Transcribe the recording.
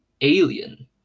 alien